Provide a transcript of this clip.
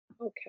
Okay